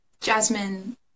Jasmine